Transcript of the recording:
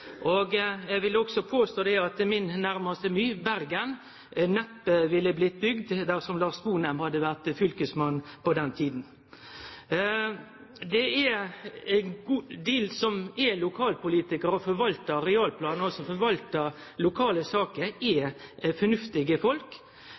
Eg vil også påstå at min næraste by, Bergen, neppe hadde blitt bygd dersom Lars Sponheim hadde vore fylkesmann på den tida. Dei som er lokalpolitikarar og forvaltar arealplanen, altså forvaltar lokale saker, er